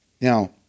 now